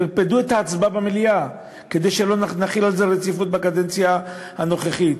שטרפדו את ההצבעה במליאה כדי שלא נחיל על זה רציפות בקדנציה הנוכחית.